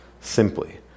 simply